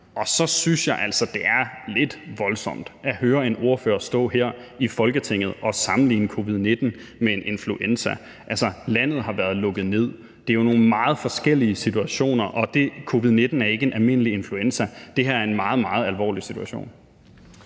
Og så synes jeg altså, at det er lidt voldsomt at høre en ordfører stå her i Folketinget og sammenligne covid-19 med en influenza. Altså, landet har været lukket ned. Det er jo nogle meget forskellige situationer, og covid-19 er ikke en almindelig influenza. Det her er en meget, meget alvorlig situation.